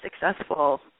successful